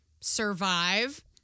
survive